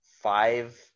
five